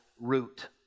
root